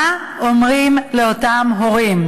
מה אומרים לאותם הורים,